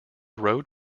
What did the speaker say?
road